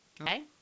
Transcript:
Okay